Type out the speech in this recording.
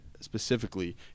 specifically